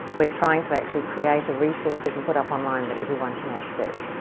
we're trying to actually create a resource we can put up online that everyone can access.